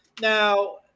Now